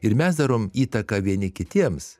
ir mes darom įtaką vieni kitiems